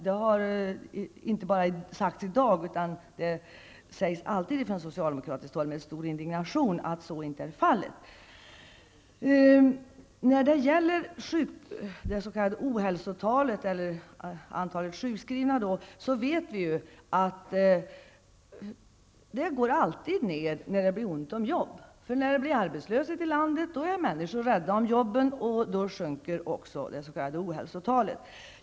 Det har inte bara sagts här i dag utan har alltid sagts från socialdemokratiskt håll med stor indignation att så inte är fallet. När det gäller ohälsotalet, dvs. antalet sjukskrivna, vet vi att det alltid går ner när det blir ont om jobb. När det blir arbetslöshet i landet är människor rädda om jobbet, och då sjunker också det s.k. ohälsotalet.